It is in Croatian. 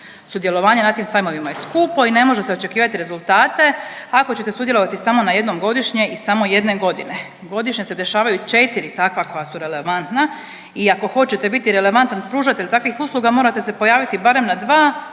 sudjelovanje na tim sajmovima je skupo i ne može se očekivati rezultate ako ćete sudjelovati samo na jednom godišnje i samo jedne godine, godišnje se dešavaju 4 takva koja su relevantna i ako hoćete biti relevantan pružatelj takvih usluga morate se pojaviti barem na dva